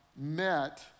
met